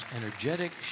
energetic